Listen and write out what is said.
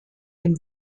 dem